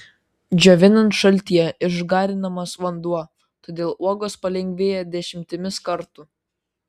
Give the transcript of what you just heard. džiovinant šaltyje išgarinamas vanduo todėl uogos palengvėja dešimtimis kartų